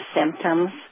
symptoms